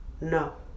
no